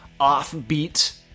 offbeat